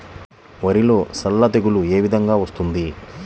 వరిలో సల్ల తెగులు ఏ విధంగా వస్తుంది?